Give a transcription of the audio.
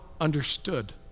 understood